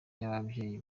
y’ababyeyi